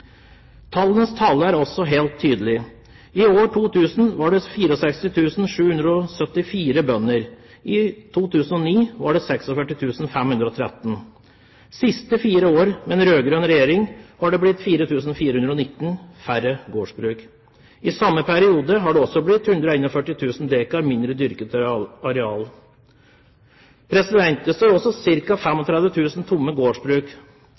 Tallenes tale er også helt tydelig. I 2000 var det 64 774 bønder, i 2009 var det 46 513. De siste fire år med en rød-grønn regjering har det blitt 4 419 færre gårdsbruk. I samme periode har det blitt 141 000 dekar mindre dyrket areal. Det står også ca. 35 000 tomme gårdsbruk.